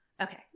Okay